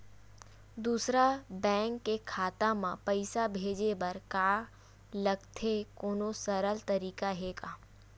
दूसरा बैंक के खाता मा पईसा भेजे बर का लगथे कोनो सरल तरीका हे का?